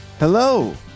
Hello